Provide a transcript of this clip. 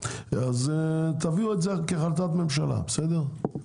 תביאו את זה כהחלטת ממשלה, בסדר?